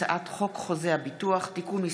הצעת חוק חוזה הביטוח (תיקון מס'